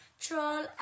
troll